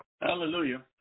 Hallelujah